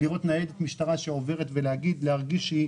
לראות ניידת משטרה שעוברת ולהרגיש שהיא